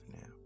now